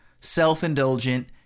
self-indulgent